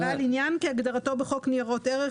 "בעל עניין" כהגדרתו בחוק ניירות ערך,